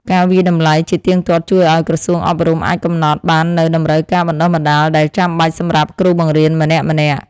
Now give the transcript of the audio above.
ការវាយតម្លៃជាទៀងទាត់ជួយឱ្យក្រសួងអប់រំអាចកំណត់បាននូវតម្រូវការបណ្តុះបណ្តាលដែលចាំបាច់សម្រាប់គ្រូបង្រៀនម្នាក់ៗ។